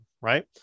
right